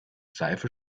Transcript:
seife